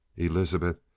elizabeth,